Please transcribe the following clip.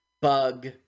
bug